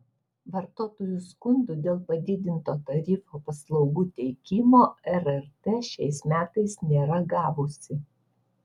vartotojų skundų dėl padidinto tarifo paslaugų teikimo rrt šiais metais nėra gavusi